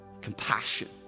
compassion